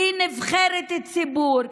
היא נבחרת ציבור.